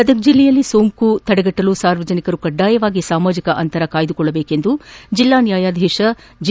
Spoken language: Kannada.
ಗದಗ ಜಿಲ್ಲೆಯಲ್ಲಿ ಸೋಂಕು ತಡೆಗಟ್ಟಲು ಸಾರ್ವಜನಿಕರು ಕಡ್ಡಾಯವಾಗಿ ಸಾಮಾಜಕ ಅಂತರ ಕಾಪಾಡಿಕೊಳ್ಳದೇಕು ಎಂದು ಜಿಲ್ಲಾ ನ್ನಾಯಾಧೀಶ ಜಿ